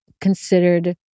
considered